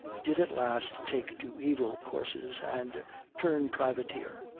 did at last take to evil courses and turn privateer,